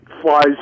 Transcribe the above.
flies